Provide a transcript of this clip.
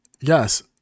Yes